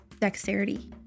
Dexterity